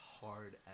hard